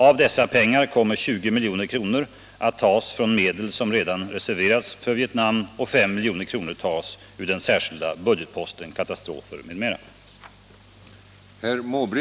Av dessa pengar kommer 20 milj.kr. att tas från medel som redan reserverats för Vietnam, och 5 milj.kr. tas ur den särskilda budgetposten Katastrofer m.m.